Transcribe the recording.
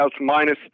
minus